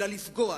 אלא לפגוע,